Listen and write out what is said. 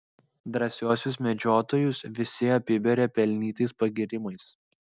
drąsiuosius medžiotojus visi apiberia pelnytais pagyrimais